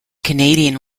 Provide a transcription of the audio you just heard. canadian